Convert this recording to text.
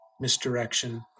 misdirection